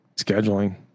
scheduling